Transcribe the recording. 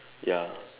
ya